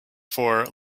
for